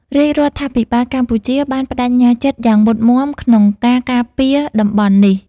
រាជរដ្ឋាភិបាលកម្ពុជាបានប្តេជ្ញាចិត្តយ៉ាងមុតមាំក្នុងការការពារតំបន់នេះ។